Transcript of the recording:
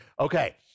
Okay